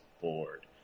bored